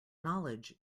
knowledge